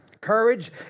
Courage